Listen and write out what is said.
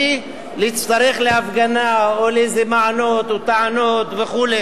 להצטרך להפגנה או לאיזה מענות וטענות וכו'.